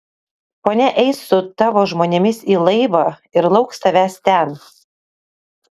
ponia eis su tavo žmonėmis į laivą ir lauks tavęs ten